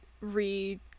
read